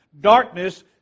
Darkness